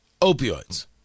opioids